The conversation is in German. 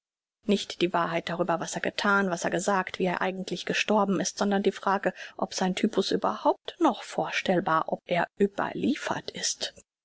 nicht die wahrheit darüber was er gethan was er gesagt wie er eigentlich gestorben ist sondern die frage ob sein typus überhaupt noch vorstellbar ob er überliefert ist